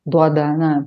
duoda na